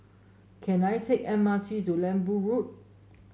can I take M R T to Lembu Road